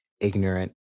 ignorant